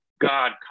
God